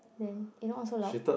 then eh not so loud